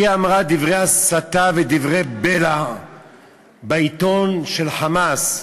היא אמרה דברי הסתה ודברי בלע בעיתון של "חמאס".